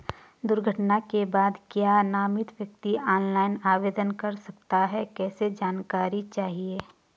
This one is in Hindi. दुर्घटना के बाद क्या नामित व्यक्ति ऑनलाइन आवेदन कर सकता है कैसे जानकारी चाहिए?